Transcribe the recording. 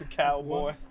cowboy